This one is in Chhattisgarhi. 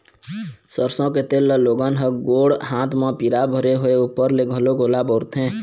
सरसो के तेल ल लोगन ह गोड़ हाथ म पीरा भरे होय ऊपर ले घलोक ओला बउरथे